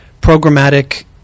programmatic